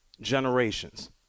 generations